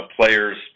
player's